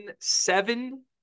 seven